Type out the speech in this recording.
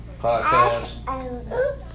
podcast